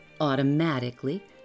automatically